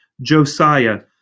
Josiah